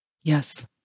Yes